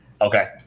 Okay